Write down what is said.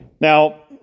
Now